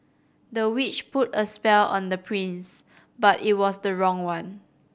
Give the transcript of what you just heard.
the witch put a spell on the prince but it was the wrong one